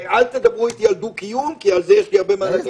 ואל תדברו איתי על דו-קיום כי על זה יש לי הרבה מה להגיד.